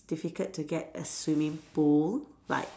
difficult to get a swimming pool like